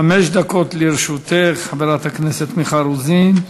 חמש דקות לרשותך, מיכל רוזין.